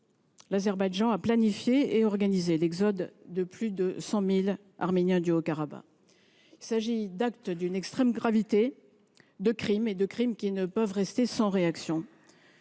l’Azerbaïdjan a planifié et organisé l’exode de plus de 100 000 Arméniens du Haut-Karabakh. Il s’agit d’actes d’une extrême gravité : ce sont des crimes et ils ne peuvent rester sans réaction.